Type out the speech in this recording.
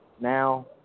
Now